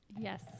Yes